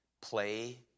play